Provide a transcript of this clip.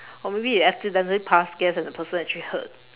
or maybe you accidentally pass gas and the person actually heard